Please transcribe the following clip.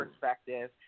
perspective